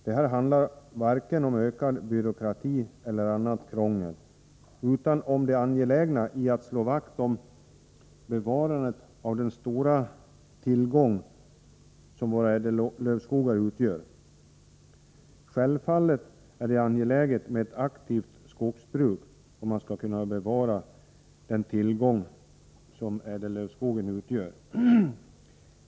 Det här handlar varken om ökad byråkrati eller annat krångel, utan om det angelägna i att bevara den stora tillgång som våra ädellövskogar utgör. Självfallet är det viktigt med ett aktivt skogsbruk, om man skall kunna bevara den tillgång som ädellövskogen utgör.